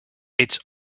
its